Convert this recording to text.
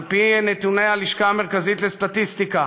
על פי נתוני הלשכה המרכזית לסטטיסטיקה